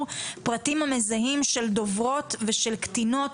פרטים המזהים של דוברות ושל קטינות,